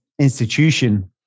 institution